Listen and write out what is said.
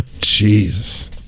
Jesus